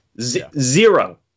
Zero